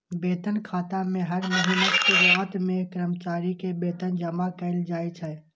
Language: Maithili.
वेतन खाता मे हर महीनाक शुरुआत मे कर्मचारी के वेतन जमा कैल जाइ छै